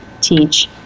teach